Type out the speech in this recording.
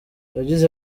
yagize